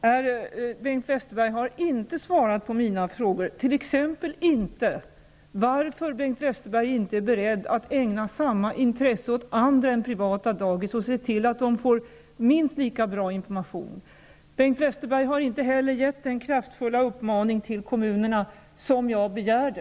Herr talman! Bengt Westerberg har inte svarat på mina frågor. Han har t.ex. inte svarat på varför han inte är beredd att ägna samma intresse åt andra dagis än privata och se till att dessa får minst lika bra information. Bengt Westerberg har inte heller givit den kraftfulla uppmaning till kom munerna som jag begärde.